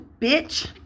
bitch